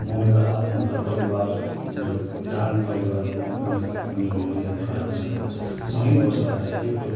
म मेरो आफ्नो घर परिवार मेरो जहान परिवार म मेरो पत्नी मेरो दुइजना छोरासित सँगै बस्न सधैँको